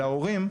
להורים,